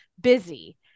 busy